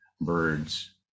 birds